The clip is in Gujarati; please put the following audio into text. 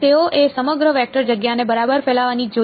તેઓએ સમગ્ર વેક્ટર જગ્યાને બરાબર ફેલાવવી જોઈએ